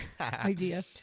idea